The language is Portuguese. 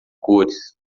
cores